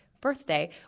birthday